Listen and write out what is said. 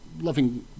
loving